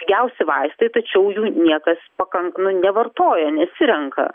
pigiausi vaistai tačiau jų niekas pakank nu nevartoja nesirenka